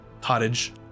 cottage